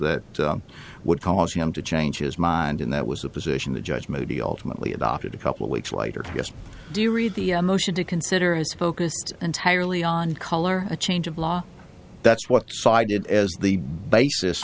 that would cause him to change his mind and that was the position the judge moody ultimately adopted a couple of weeks later just do you read the motion to consider is focused entirely on color a change of law that's what's cited as the basis